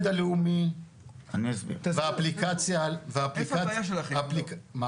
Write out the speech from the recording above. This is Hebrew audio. הלאומי והאפליקציה -- לא,